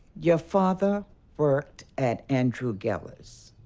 your father worked at andrew geller's.